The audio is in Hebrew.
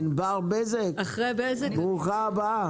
ענבר בזק, ברוכה הבאה.